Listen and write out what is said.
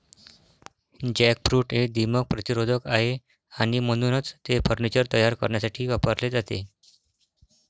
jackfruit हे दीमक प्रतिरोधक आहे आणि म्हणूनच ते फर्निचर तयार करण्यासाठी वापरले जाते